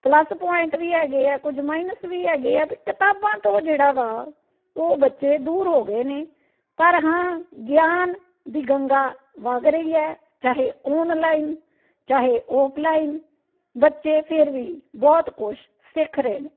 plus point ਵੀ ਹੈਗੇ ਆ ਕੁਝ ਮਾਈਨਸ ਵੀ ਹੈਗੇ ਆ ਬਈ ਕਿਤਾਬਾਂ ਤੋਂ ਜਿਹੜਾ ਵਾ ਉਹ ਬੱਚੇ ਦੂਰ ਹੋ ਗਏ ਨੇ ਪਰ ਹਾਂ ਗਿਆਨ ਦੀ ਗੰਗਾ ਵੱਗ ਰਹੀ ਹੈ ਚਾਹੇ ਔਨਲਾਈਨ ਚਾਹੇ ਔਫਲਾਈਨ ਬੱਚੇ ਫਿਰ ਵੀ ਬਹੁਤ ਕੁਛ ਸਿੱਖ ਰਹੇ ਨੇ